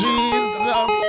Jesus